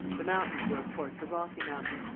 the mountains were of course the rocky mountains,